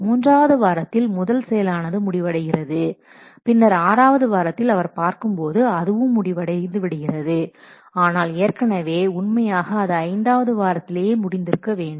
மூன்றாவது வாரத்தில் முதல் செயலானது முடிவடைகிறது பின்னர் ஆறாவது வாரத்தில் அவர் பார்க்கும்போது அதுவும் முடிவடைந்து விடுகிறது ஆனால் ஏற்கனவே உண்மையாக அது ஐந்தாவது வாரத்திலேயே முடிந்திருக்க வேண்டும்